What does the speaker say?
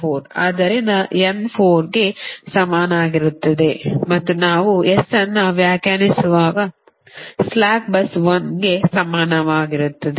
ಆದ್ದರಿಂದ n 4 ಕ್ಕೆ ಸಮಾನವಾಗಿರುತ್ತದೆ ಮತ್ತು ನಾವು s ಅನ್ನು ವ್ಯಾಖ್ಯಾನಿಸುವ ಸ್ಲಾಕ್ bus 1 ಕ್ಕೆ ಸಮಾನವಾಗಿರುತ್ತದೆ